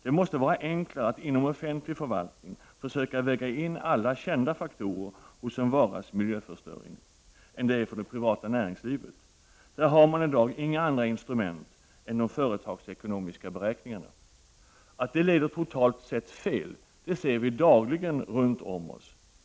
Det måste vara enklare att inom offentlig förvaltning försöka väga in alla kända faktorer hos en varas miljöförstöring än det är för det privata näringslivet, där man i dag inte har några andra instrument än de företagsekonomiska beräkningarna. Att det leder totalt sett fel ser vi dagligen runt omkring oss.